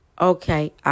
okay